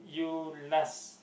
you last